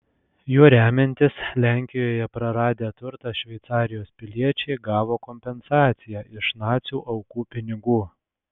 juo remiantis lenkijoje praradę turtą šveicarijos piliečiai gavo kompensaciją iš nacių aukų pinigų